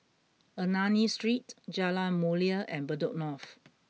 Ernani Street Jalan Mulia and Bedok North